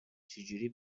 چجوری